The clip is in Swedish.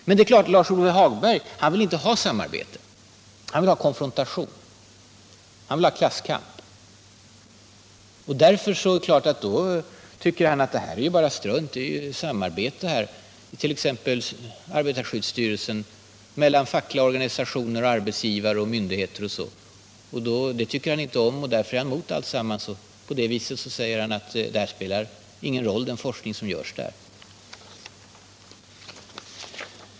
Men det är klart att Lars-Ove Hagberg inte vill ha samarbete — han vill ha konfrontation, han vill ha klasskamp. Därför tycker han att det bara är strunt med samarbete, t.ex. mellan arbetarskyddsstyrelsen, fackliga organisationer, arbetsgivare och myndigheter. Det tycker han inte om, och därför är han emot alltsammans och därför säger han att den forskning som bedrivs inte spelar någon roll.